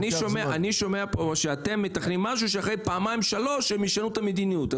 אני שומע שאתם מתכננים פה משהו שאחרי פעמיים-שלוש הם ישנו את המדיניות.